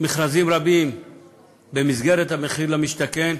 מכרזים רבים במסגרת מחיר למשתכן,